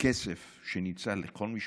כסף לכל משפחה,